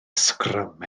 sgrym